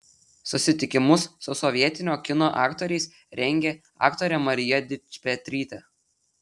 susitikimus su sovietinio kino aktoriais rengė aktorė marija dičpetrytė